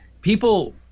people